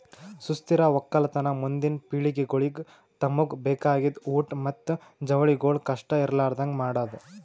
ಸುಸ್ಥಿರ ಒಕ್ಕಲತನ ಮುಂದಿನ್ ಪಿಳಿಗೆಗೊಳಿಗ್ ತಮುಗ್ ಬೇಕಾಗಿದ್ ಊಟ್ ಮತ್ತ ಜವಳಿಗೊಳ್ ಕಷ್ಟ ಇರಲಾರದಂಗ್ ಮಾಡದ್